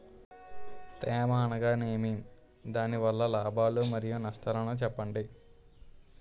తేమ అనగానేమి? దాని వల్ల లాభాలు మరియు నష్టాలను చెప్పండి?